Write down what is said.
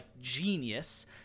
genius